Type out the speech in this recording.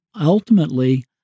ultimately